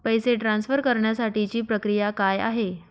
पैसे ट्रान्सफर करण्यासाठीची प्रक्रिया काय आहे?